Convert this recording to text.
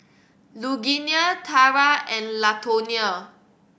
Lugenia Tarah and Latonia